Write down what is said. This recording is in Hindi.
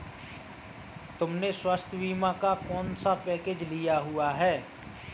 तुमने स्वास्थ्य बीमा का कौन सा पैकेज लिया हुआ है?